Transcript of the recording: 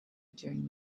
during